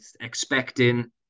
expecting